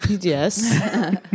Yes